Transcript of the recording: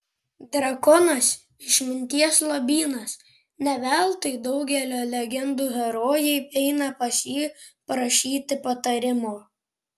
drakonas išminties lobynas ne veltui daugelio legendų herojai eina pas jį prašyti patarimo